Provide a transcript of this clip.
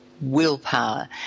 willpower